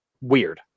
Weird